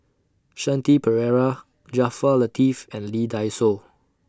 Shanti Pereira Jaafar Latiff and Lee Dai Soh